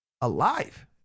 alive